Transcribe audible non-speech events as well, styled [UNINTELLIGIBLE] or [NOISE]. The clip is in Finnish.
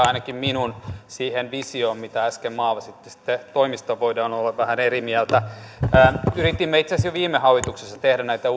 [UNINTELLIGIBLE] ainakin minun helppo yhtyä siihen visioon mitä äsken maalasitte toimista voidaan olla vähän eri mieltä yritimme itse asiassa jo viime hallituksessa tehdä näitä [UNINTELLIGIBLE]